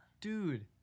dude